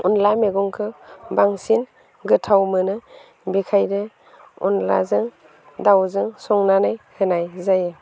अनला मैगंखौ बांसिन गोथाव मोनो बेनिखायनो अनलाजों दाउजों संनानै होनाय जायो